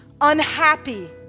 unhappy